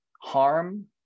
harm